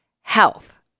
health